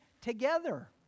together